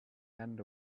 end